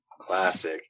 Classic